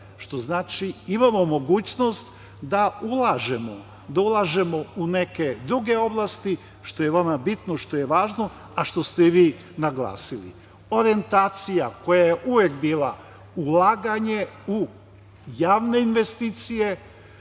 što znači imamo mogućnost da ulažemo u neke druge oblasti i što je vama bitno i što je važno, a što ste i vi naglasili. Orijentacija koja je uvek bila ulaganje u javne investicije,